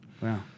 Wow